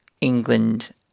England